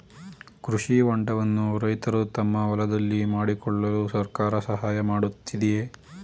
ಕೃಷಿ ಹೊಂಡವನ್ನು ರೈತರು ತಮ್ಮ ಹೊಲದಲ್ಲಿ ಮಾಡಿಕೊಳ್ಳಲು ಸರ್ಕಾರ ಸಹಾಯ ಮಾಡುತ್ತಿದೆಯೇ?